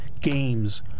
games